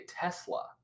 Tesla